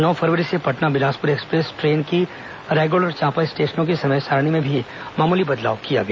नौ फरवरी से Patna Bilaspur express train की रायगढ़ और चांपा स्टेशनों की समय सारिणी में भी मामूली बदलाव किया गया